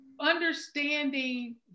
understanding